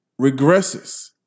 regresses